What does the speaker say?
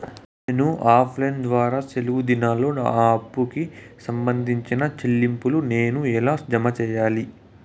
నేను offline ద్వారా సెలవు దినాల్లో నా అప్పుకి సంబంధించిన చెల్లింపులు నేను ఎలా జామ సెయ్యాలి?